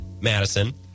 Madison